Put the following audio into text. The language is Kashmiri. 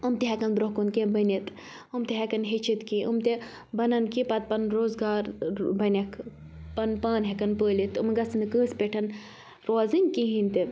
یِم تہِ ہیٚکَن برٛونٛہہ کُن کیٚنٛہہ بٔنِتھ یِم تہِ ہیٚکَن ہیٚچھِتھ کیٚنٛہہ یِم تہِ بَنَن کیٚنٛہہ پَتہٕ پَنُن روزگار بَنیٚکھ پَنُن پان ہیٚکَن پٲلِتھ یِم گَژھَن نہٕ کٲنٛسہِ پٮ۪ٹھ روزٕنۍ کہیٖنۍ تہِ نہٕ